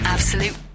Absolute